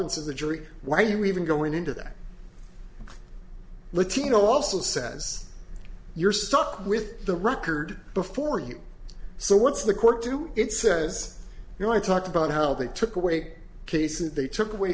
of the jury why are we even going into that latino also says you're stuck with the record before you so what's the court to it says you want to talk about how they took away cases they took away